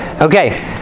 Okay